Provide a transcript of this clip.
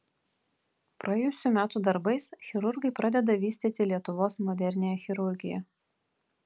praėjusių metų darbais chirurgai pradeda vystyti lietuvos moderniąją chirurgiją